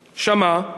שמע,